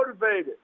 motivated